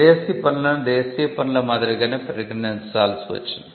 విదేశీ పనులను దేశీయ పనుల మాదిరిగానే పరిగణించాల్సి వచ్చింది